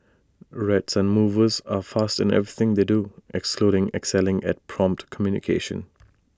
red sun movers are fast in everything they do including excelling at prompt communication